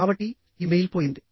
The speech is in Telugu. కాబట్టి ఇమెయిల్ పోయింది